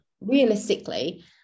realistically